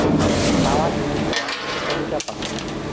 ᱱᱟᱣᱟ ᱤᱼᱢᱮᱞ ᱨᱮᱭᱟᱜ ᱛᱟᱹᱞᱤᱠᱟ ᱯᱟᱲᱦᱟᱣ ᱢᱮ